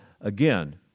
again